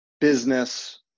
business